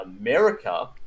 america